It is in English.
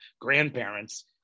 grandparents